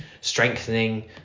strengthening